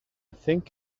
think